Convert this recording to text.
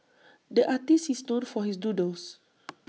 the artist is known for his doodles